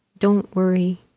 don't worry,